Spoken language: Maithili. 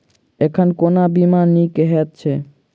एखन कोना बीमा नीक हएत छै?